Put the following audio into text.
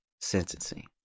sentencing